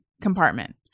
compartment